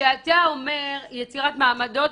כשאתה אומר יצירת מעמדות,